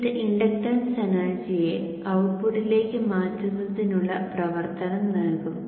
ഇത് ഇൻഡക്ടൻസ് എനർജിയെ ഔട്ട്പുട്ടിലേക്ക് മാറ്റുന്നതിനുള്ള പ്രവർത്തനം നൽകും